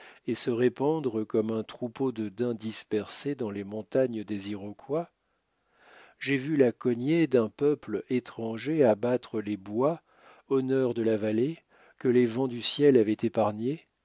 et se répandre comme un troupeau de daims dispersés dans les montagnes des iroquois j'ai vu la cognée d'un peuple étranger abattre les bois honneur de la vallée que les vents du ciel avaient épargnés